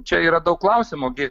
čia yra daug klausimų gi